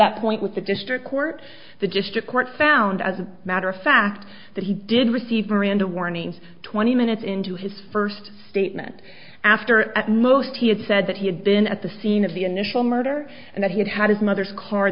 that point with the district court the district court found as a matter of fact that he did receive miranda warnings twenty minutes into his first statement after at most he had said that he had been at the scene of the initial murder and that he'd had his mother's car